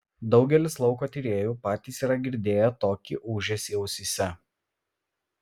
daugelis lauko tyrėjų patys yra girdėję tokį ūžesį ausyse